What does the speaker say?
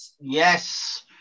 yes